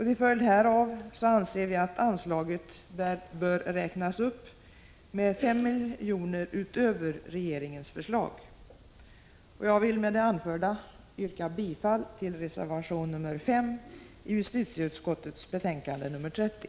Till följd härav anser vi att anslaget bör räknas upp med 5 milj.kr. utöver regeringens förslag. Jag vill med det anförda yrka bifall till reservation nr 5 i justitieutskottets betänkande nr 30.